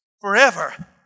forever